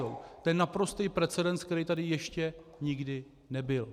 To je naprostý precedens, který tady ještě nikdy nebyl.